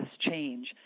change